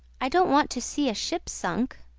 i don't want to see a ship sunk.